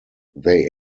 they